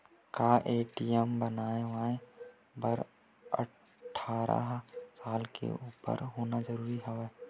का ए.टी.एम बनवाय बर अट्ठारह साल के उपर होना जरूरी हवय?